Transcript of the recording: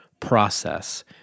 process